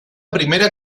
primera